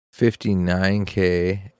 59k